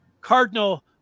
Cardinal